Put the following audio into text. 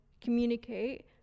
communicate